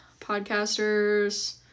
podcasters